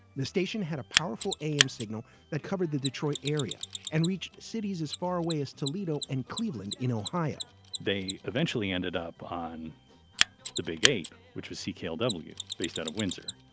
the station had a powerful aim signal that covered the detroit area and reached cities as far away as toledo and cleveland in ohio they eventually ended up on the big ape which was ckd w based out of windsor.